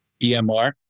EMR